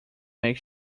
make